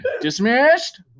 dismissed